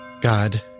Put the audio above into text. God